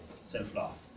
self-love